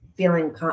feeling